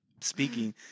speaking